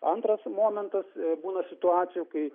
antras momentas būna situacijų kai